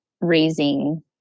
raising